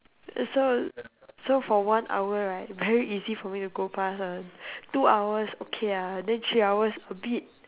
uh so so for one hour right very easy for me to go pass [one] two hours okay ah then three hours a bit